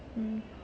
mm